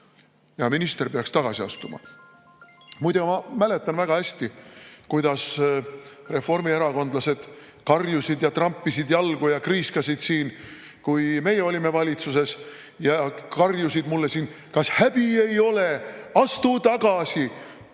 ja minister peaks tagasi astuma. Muide, ma mäletan väga hästi, kuidas reformierakondlased siin karjusid ja trampisid jalgu ja kriiskasid, kui meie valitsuses olime, kuidas nad karjusid mulle siin: "Kas häbi ei ole? Astu tagasi!"